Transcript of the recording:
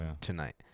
tonight